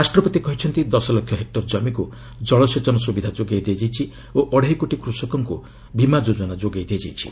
ରାଷ୍ଟ୍ରପତି କହିଛନ୍ତି ଦଶ ଲକ୍ଷ ହେକ୍ଟର ଜମିକ୍ ଜଳସେଚନ ସୁବିଧା ଯୋଗାଇ ଦିଆଯାଇଛି ଓ ଅଢେଇକୋଟି କୃଷକଙ୍କୁ ବୀମା ଯୋଜନା ଯୋଗାଇ ଦିଆଯାଇଛି